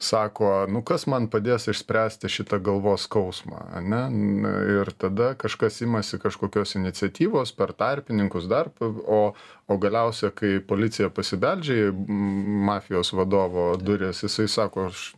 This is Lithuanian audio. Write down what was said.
sako nu kas man padės išspręsti šitą galvos skausmą ane na ir tada kažkas imasi kažkokios iniciatyvos per tarpininkus dar p o o galiausia kai policija pasibeldžia į m mafijos vadovo duris jisai sako aš